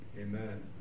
Amen